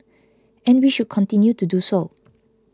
and we should continue to do so